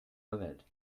verwählt